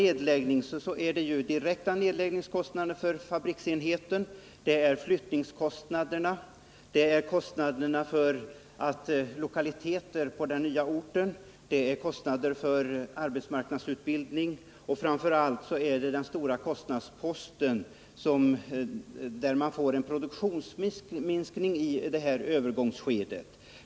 Det blir här fråga om direkta nedläggningskostnader för fabriksenheten, flyttningskostnader, kostnader för lokaliteter på den nya orten och kostnader för utbildning av ny personal. Sedan blir det mycket stora kostnader genom produktionsminskningar i övergångsskedet.